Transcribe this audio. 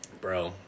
Bro